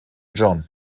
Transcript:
john